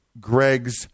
Greg's